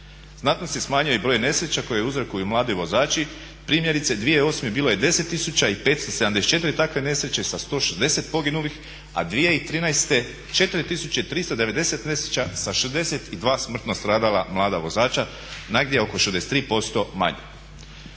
Znatno se smanjuje i broj nesreća koje uzrokuju mladi vozači. Primjerice 2008. bilo je 10 tisuća i 574 takve nesreće sa 160 poginulih a 2013. 4 tisuće 390 nesreća sa 62 smrtno stradala mlada vozača, negdje oko 63% manje.